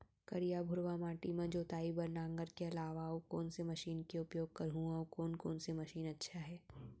करिया, भुरवा माटी म जोताई बार नांगर के अलावा अऊ कोन से मशीन के उपयोग करहुं अऊ कोन कोन से मशीन अच्छा है?